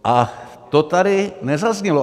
A to tady nezaznělo.